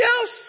else